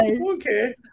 Okay